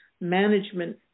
management